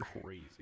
crazy